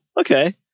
okay